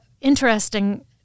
interesting